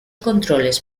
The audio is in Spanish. controles